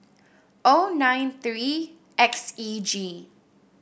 O nine three X E G